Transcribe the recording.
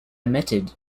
omitted